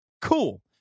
cool